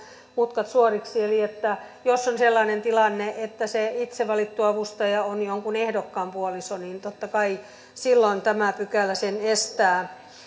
mutkat suoriksi eli jos on sellainen tilanne että se itse valittu avustaja on jonkun ehdokkaan puoliso niin totta kai silloin tämä pykälä sen estää